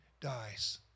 dies